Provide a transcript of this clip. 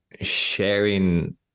sharing